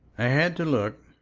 i had to look,